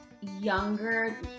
younger